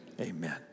amen